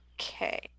Okay